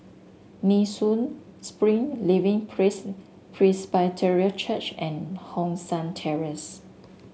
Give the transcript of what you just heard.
Nee Soon Spring Living Praise Presbyterian Church and Hong San Terrace